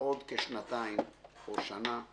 בעוד כשנתיים או שנה,